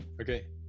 okay